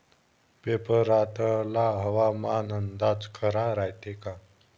पेपरातला हवामान अंदाज खरा रायते का?